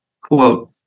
Quote